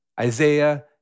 Isaiah